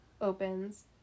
opens